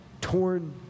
torn